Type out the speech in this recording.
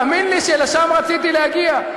האמן לי שלשם רציתי להגיע.